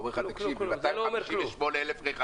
הוא אומר לך: 258,000 רכבים